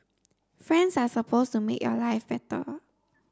friends are supposed to make your life better